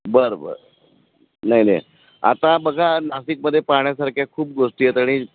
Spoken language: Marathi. बरं बरं नाही नाही आता बघा नाशिकमध्ये पाहण्यासारख्या खूप गोष्टी आहेत आणि